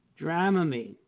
Dramamine